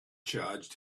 charged